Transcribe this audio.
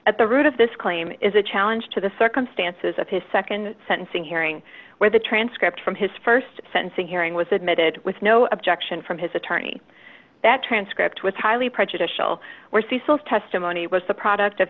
at the root of this claim is a challenge to the circumstances of his nd sentencing hearing where the transcript from his st sentencing hearing was admitted with no objection from his attorney that transcript was highly prejudicial were cecil's testimony was the product of